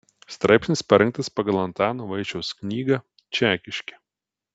straipsnis parengtas pagal antano vaičiaus knygą čekiškė